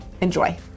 Enjoy